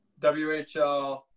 WHL